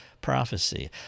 prophecy